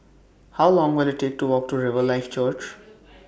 How Long Will IT Take to Walk to Riverlife Church